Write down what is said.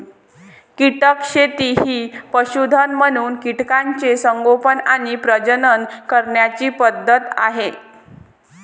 कीटक शेती ही पशुधन म्हणून कीटकांचे संगोपन आणि प्रजनन करण्याची पद्धत आहे